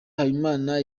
habimana